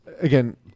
again